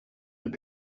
will